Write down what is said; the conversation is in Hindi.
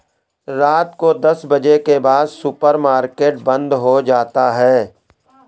रात को दस बजे के बाद सुपर मार्केट बंद हो जाता है